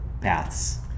paths